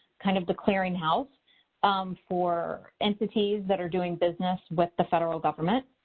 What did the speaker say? kind of the clearinghouse for entities that are doing business with the federal government.